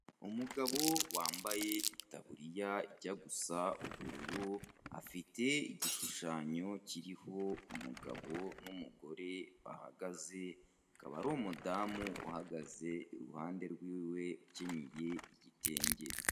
Umugabo wambaye itaburiya ijya gusa ubururu, afite igishushanyo kiriho umugabo n'umugore bahagaze akaba ari umudamu uhagaze iruhande rwiwe ukenyeye igitenge.